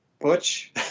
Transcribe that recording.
Butch